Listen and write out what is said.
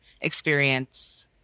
experience